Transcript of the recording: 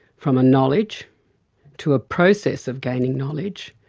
from a knowledge to a process of gaining knowledge,